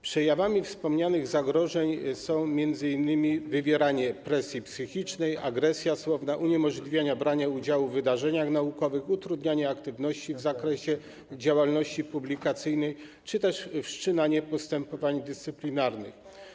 Przejawami wspomnianych zagrożeń są m.in.: wywieranie presji psychicznej, agresja słowna, uniemożliwianie brania udziału w wydarzeniach naukowych, utrudnianie aktywności w zakresie działalności publikacyjnej czy też wszczynanie postępowań dyscyplinarnych.